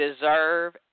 deserve